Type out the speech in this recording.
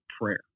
prayer